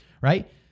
right